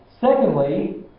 Secondly